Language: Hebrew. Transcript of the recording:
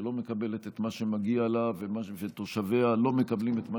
שלא מקבלת את מה שמגיע לה ותושביה לא מקבלים את מה